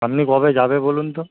আপনি কবে যাবে বলুন তো